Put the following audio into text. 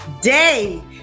day